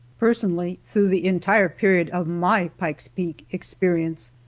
personally, through the entire period of my pike's peak experience,